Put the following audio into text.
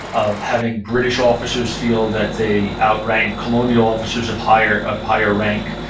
of having british officers feel that they outrank colonial officers of higher of higher rank.